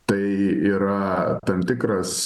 tai yra tam tikras